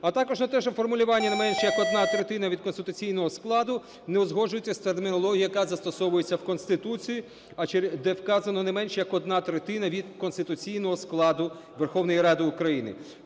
А також на те, що формулювання не менш, як одна третина від конституційного складу, не узгоджується з термінологією, яка застосовується в Конституції, де вказано "не менш, як одна третина від конституційного складу Верховної Ради України".